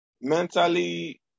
mentally